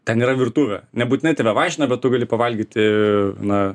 ten yra virtuvė nebūtinai tave vaišina bet tu gali pavalgyti na